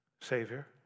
Savior